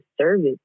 service